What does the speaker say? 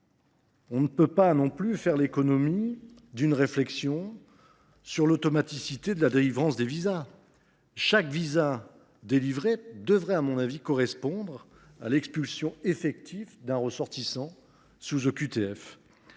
ne pouvons pas non plus faire l’économie d’une réflexion sur l’automaticité de la délivrance des visas. Chaque visa délivré devrait, à mon avis, correspondre à l’expulsion effective d’un ressortissant sous OQTF.